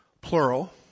plural